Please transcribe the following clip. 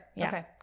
Okay